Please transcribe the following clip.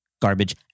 garbage